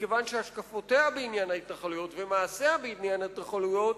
מכיוון שהשקפותיה בעניין ההתנחלויות ומעשיה בעניין ההתנחלויות